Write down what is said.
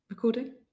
Recording